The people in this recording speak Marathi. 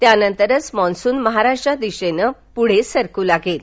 त्यानंतर मान्सून महाराष्ट्राच्या दिशेनं पुढे सरकू लागेल